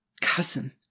cousin